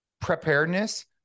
preparedness